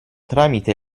tramite